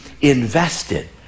invested